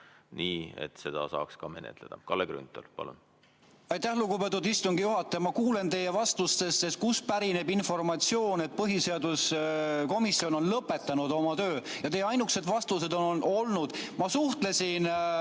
nii, et seda saaks menetleda. Kalle Grünthal, palun! Aitäh, lugupeetud istungi juhataja! Ma kuulan teie vastuseid, kust pärineb informatsioon, et põhiseaduskomisjon on lõpetanud oma töö, ja teie ainukesed vastused on olnud: ma suhtlesin